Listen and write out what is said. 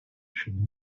should